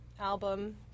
album